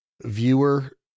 viewer